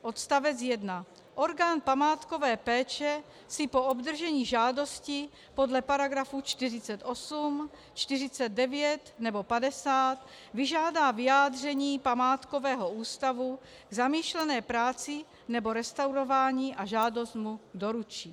Odstavec 1. Orgán památkové péče si po obdržení žádosti podle § 48, 49 nebo 50 vyžádá vyjádření Památkového ústavu k zamýšlené práci nebo restaurování a žádost mu doručí.